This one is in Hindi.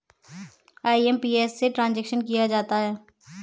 आई.एम.पी.एस से ट्रांजेक्शन किया जाता है